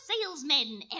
salesmen